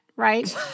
right